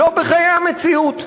לא בחיי המציאות.